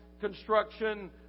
construction